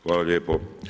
Hvala lijepo.